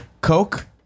Coke